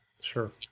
Sure